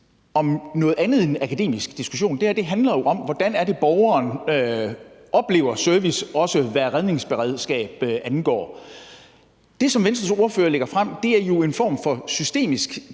om noget andet end en akademisk diskussion. Det her handler jo om, hvordan det er, borgeren oplever service, også hvad redningsberedskabet angår. Det, som Venstres ordfører lægger frem, er jo en form for systemisk tilgang